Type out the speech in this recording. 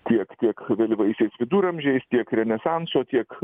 tiek tiek vėlyvaisiais viduramžiais tiek renesanso tiek